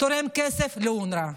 תורמת כסף לאונר"א.